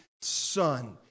son